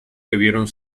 debieron